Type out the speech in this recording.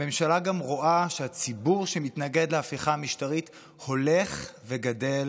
הממשלה גם רואה שהציבור שמתנגד להפיכה המשטרית הולך וגדל